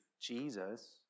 Jesus